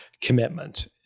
commitment